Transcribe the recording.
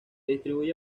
distribuye